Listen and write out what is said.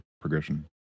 progression